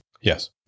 Yes